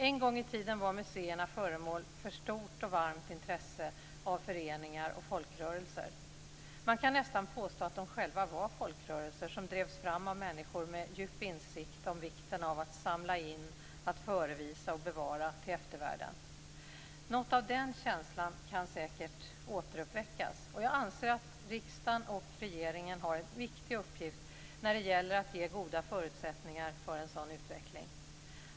En gång i tiden var museerna föremål för ett stort och varmt intresse från föreningar och folkrörelser. Man kan nästan påstå att de själva var folkrörelser, som drevs fram av människor med djup insikt om vikten av att samla in, förevisa och bevara till eftervärlden. Något av den känslan kan säkert återuppväckas. Jag anser att riksdagen och regeringen har en viktig uppgift när det gäller att ge goda förutsättningar för en sådan utveckling.